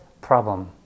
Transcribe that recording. problem